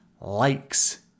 likes